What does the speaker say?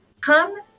come